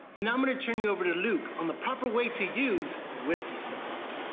and now i'm gonna turn you over to luke on the proper way to use whiskey stones.